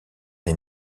les